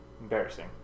Embarrassing